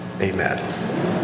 Amen